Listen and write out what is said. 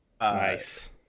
Nice